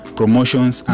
promotions